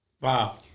Wow